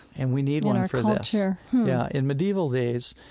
and we need one um for this yeah yeah in medieval days,